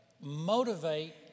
motivate